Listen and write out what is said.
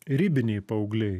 ribiniai paaugliai